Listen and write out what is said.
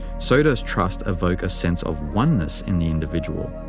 so does trust evoke a sense of oneness in the individual.